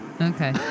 Okay